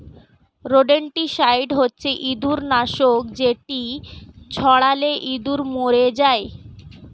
rodenticide হচ্ছে ইঁদুর নাশক যেটি ছড়ালে ইঁদুর মরে যায়